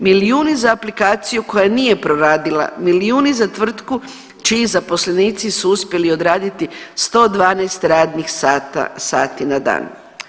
Milijuni za aplikaciju koja nije proradila, milijuni za tvrtku čiji zaposlenici su uspjeli odraditi 112 radnih sati na dan.